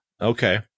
Okay